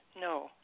No